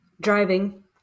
driving